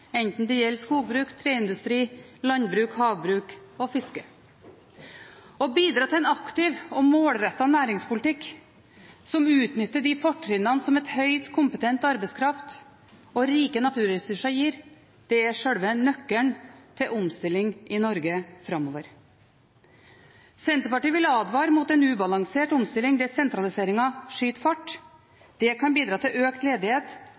enten det gjelder skogbruk, treindustri, landbruk, havbruk eller fiske. Å bidra til en aktiv og målrettet næringspolitikk som utnytter de fortrinnene som en høyt kompetent arbeidskraft og rike naturressurser gir, er selve nøkkelen til omstilling i Norge framover. Senterpartiet vil advare mot en ubalansert omstilling der sentraliseringen skyter fart. Det kan bidra til økt ledighet